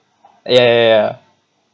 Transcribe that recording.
ya ya ya